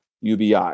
UBI